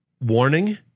warning